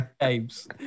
games